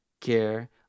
care